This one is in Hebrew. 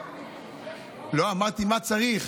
לא, אמרתי מה צריך.